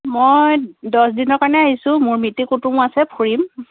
মই দহদিনৰ কাৰণে আহিছোঁ মোৰ মিতিৰ কুটুম আছে ফুৰিম